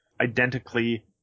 identically